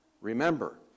Remember